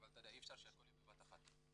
אבל אי אפשר שהכל יהיה בבת אחת.